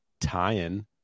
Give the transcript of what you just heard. tying